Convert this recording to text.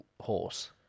horse